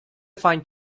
find